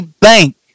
Bank